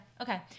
Okay